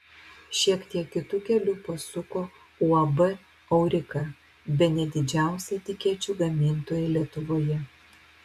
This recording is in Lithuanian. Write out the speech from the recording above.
šiek tiek kitu keliu pasuko uab aurika bene didžiausia etikečių gamintoja lietuvoje